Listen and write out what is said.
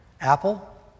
Apple